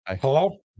Hello